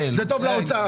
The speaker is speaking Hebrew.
טוב לאוצר,